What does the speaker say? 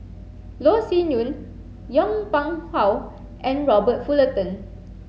Loh Sin Yun Yong Pung How and Robert Fullerton